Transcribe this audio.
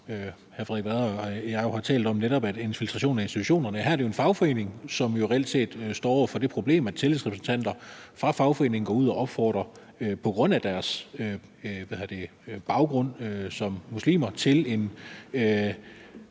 jeg har talt om, altså netop infiltration af institutionerne. Her er det en fagforening, som jo reelt set står over for det problem, at tillidsrepræsentanter fra fagforeningen på grund af deres baggrund som muslimer går ud